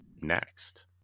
next